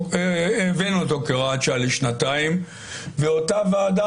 הבאנו אותו כהוראת שעה לשנתיים ואותה ועדה